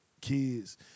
kids